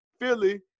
Philly